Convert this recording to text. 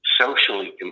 socially